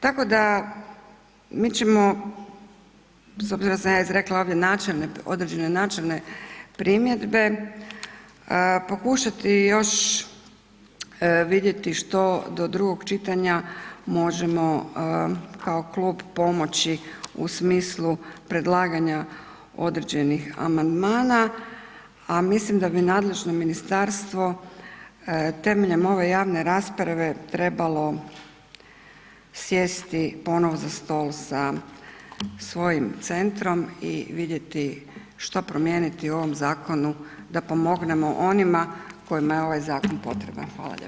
Tako da mi ćemo s obzirom da sam ja izrekla ovdje načelne, određene načelne primjedbe pokušati još vidjeti što do drugom čitanja možemo kao klub pomoći u smislu predlaganja određenih amandmana a mislim da bi nadležno ministarstvo temeljem ove javne rasprave trebalo sjesti ponovo za stol sa svojim centrom i vidjeti što promijeniti u ovom zakonu da pomognemo onima kojima je ovaj zakon potreban.